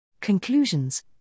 Conclusions